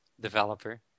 developer